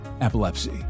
epilepsy